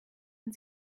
man